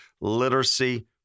Literacy